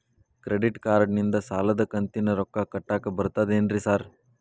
Credit ಕಾರ್ಡನಿಂದ ಸಾಲದ ಕಂತಿನ ರೊಕ್ಕಾ ಕಟ್ಟಾಕ್ ಬರ್ತಾದೇನ್ರಿ ಸಾರ್?